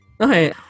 okay